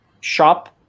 shop